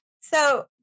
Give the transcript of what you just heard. So-